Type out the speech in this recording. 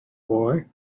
boy